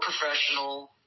professional